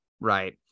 Right